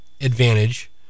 advantage